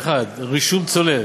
61) (רישום צולב).